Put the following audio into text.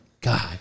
God